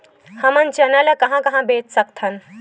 हमन चना ल कहां कहा बेच सकथन?